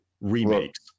remakes